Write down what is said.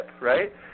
Right